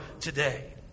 today